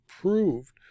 proved